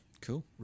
cool